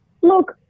Look